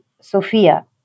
Sophia